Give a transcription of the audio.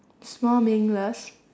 small meaningless